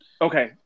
Okay